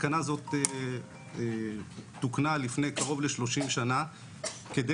התקנה הזאת תוקנה לפני קרוב ל-30 שנה כדי